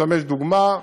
לשמש דוגמה,